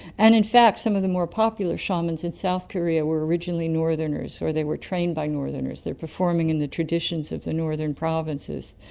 and in fact some of the more popular shamans in south korea were originally northerners or they were trained by northerners, they're performing in the traditions of the northern provinces,